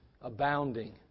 abounding